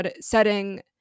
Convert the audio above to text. setting